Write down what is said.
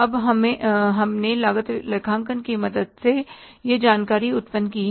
अब हमने लागत लेखांकन की मदद से यह जानकारी उत्पन्न की है